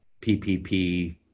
ppp